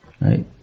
Right